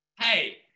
Hey